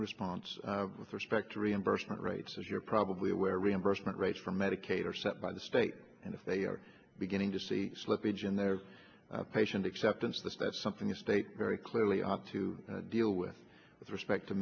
response with respect to reimbursement rates as you're probably aware reimbursement rates for medicaid are set by the state and if they are beginning to see slippage in their patient acceptance the state something the state very clearly ought to deal with with respect to